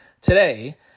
today